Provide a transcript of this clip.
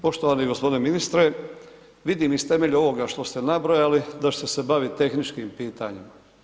Poštovani gospodine ministre, vidim iz temelju ovoga što ste nabrojali da ćete se baviti tehničkim pitanjem.